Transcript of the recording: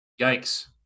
Yikes